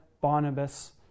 Barnabas